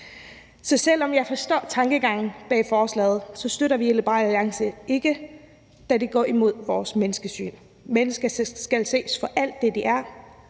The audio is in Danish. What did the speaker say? Så selv om jeg forstår tankegangen bag forslaget, støtter vi i Liberal Alliance det ikke, da det går imod vores menneskesyn. Mennesker skal ses som alt det, de er,